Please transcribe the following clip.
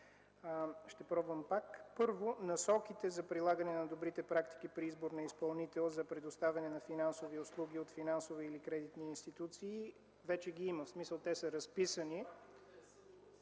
ще пробвам пак. Първо, насоките за прилагане на добрите практики при избор на изпълнител за предоставяне на финансови услуги от финансови или кредитни институции вече ги има, в смисъл те са разписани,